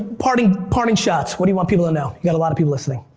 parting parting shots, what do you want people to know? you've got a lot of people listening.